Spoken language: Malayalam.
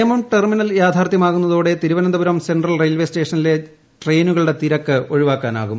നേമം ടെർമിനൽ യാഥ്യാർത്ഥ്യമാകുന്നതോടെ തിരുവനന്തപുരം സെൻട്രൽ റെയിൽവേ സ്റ്റേഷനിലെ ട്രെയിനുകളുടെ തിരക്ക് ഒഴിവാക്കാനാകും